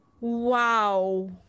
Wow